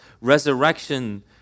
resurrection